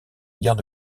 guerre